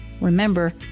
Remember